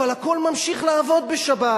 אבל הכול ממשיך לעבוד בשבת,